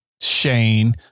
Shane